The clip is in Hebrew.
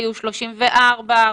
היו: 34,000,